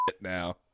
now